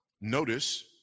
Notice